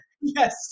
yes